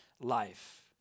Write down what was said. life